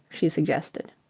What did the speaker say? she suggested.